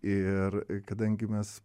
ir kadangi mes